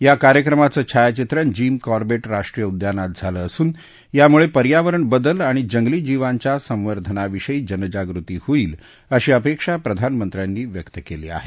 या कार्यक्रमाचं छायाचित्रण जीम कॉर्बेट राष्ट्रीय उद्यानात झालं असून यामुळे पर्यावरण बदल आणि जंगली जीवांच्या संवर्धनाविषयी जनजागृती होईल अशी अपेक्षा प्रधानमंत्र्यांनी व्यक्त केली आहे